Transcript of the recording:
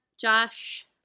Josh